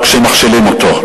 רק שמכשילים אותו,